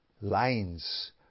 lines